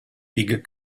big